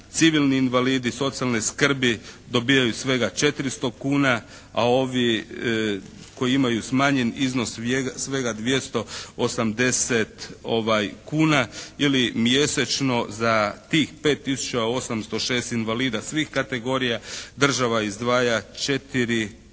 Civilni invalidi socijalne skrbi dobijaju svega 400 kuna. A ovi koji imaju smanjen iznos svega 280 kuna ili mjesečno za tih 5 tisuća 806 invalida svih kategorija, država izdvaja 4